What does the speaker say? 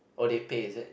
oh they paid is it